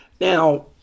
Now